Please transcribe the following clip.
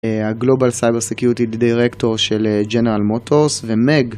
ה=global cyber security director של ג'נרל מוטורס ומג.